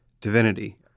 divinity